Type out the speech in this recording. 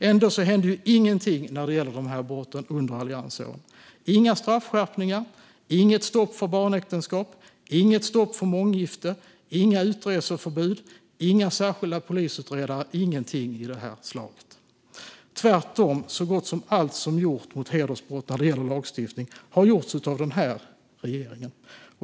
Ändå hände ingenting under alliansåren när det gäller de här brotten - inga straffskärpningar, inget stopp för barnäktenskap, inget stopp för månggifte, inga utreseförbud och inga särskilda polisutredare. Det gjordes ingenting av det slaget. Tvärtom har så gott som allt som gjorts mot hedersbrott när det gäller lagstiftning gjorts av den här regeringen.